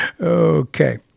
Okay